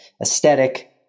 aesthetic